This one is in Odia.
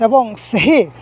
ଏବଂ ସେହି